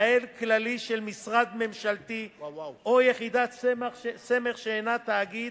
את המנהל הכללי של משרד ממשלתי או יחידת סמך שאינה תאגיד,